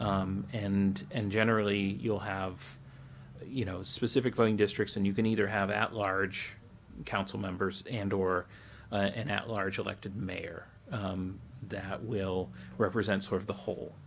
and and generally you'll have you know specific going districts and you can either have at large council members and or an at large elected mayor that will represent sort of